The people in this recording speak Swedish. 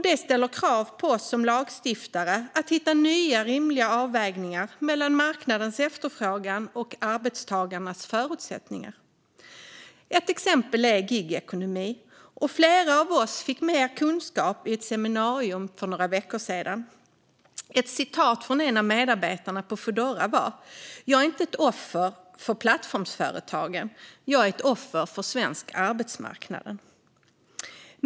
Det ställer krav på oss som lagstiftare att hitta nya rimliga avvägningar mellan marknadens efterfrågan och arbetstagarnas förutsättningar. Ett exempel är gigekonomin. Flera av oss fick mer kunskap om den vid ett seminarium för några veckor sedan. Ett citat från en av medarbetarna på Foodora löd: Jag är inte ett offer för plattformsföretagen; jag är ett offer för svensk arbetsmarknad.